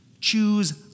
Choose